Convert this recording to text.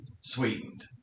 sweetened